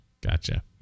Gotcha